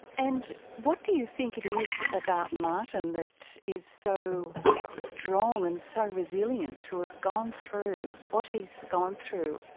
and what do you think it is about martin that is so strong and so resilient, to have gone through what he's gone through?